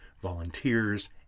Volunteers